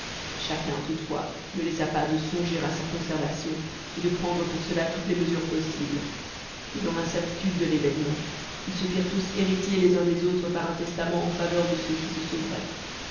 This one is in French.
chacun toutefois ne laissa pas de songer à sa conservation et de prendre pour cela toutes les mesures possibles et dans l'incertitude de l'événement ils se firent tous héritiers les uns des autres par un testament en faveur de ceux qui se sauveraient